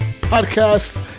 podcast